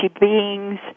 beings